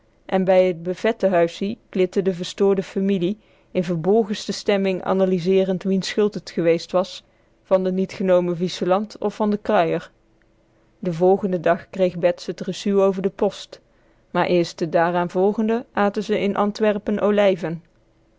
en bij t buffette huissie klitte de verstoorde familie in verbolgenste stemming analyseerend wiens schuld t geweest was van de niet genomen viesjelant of van de kruier den volgenden dag kreeg bets t recu over de post maar eerst den daaraan volgenden aten ze in antwerpen olijven